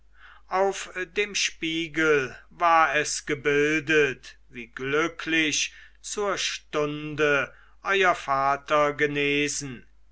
auf dem spiegel war es gebildet wie glücklich zur stunde euer vater genesen